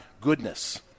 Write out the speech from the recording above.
goodness